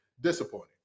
Disappointing